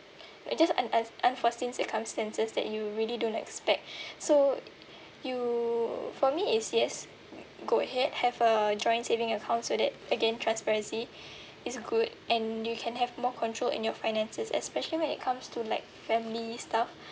it just un~ un~ unforeseen circumstances that you really don't expect so you for me is yes go ahead have a joint saving account so that again transparency is good and you can have more control in your finances especially when it comes to like family stuff